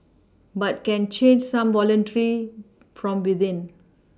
but can change some voluntary from within